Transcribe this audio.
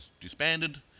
disbanded